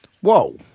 Whoa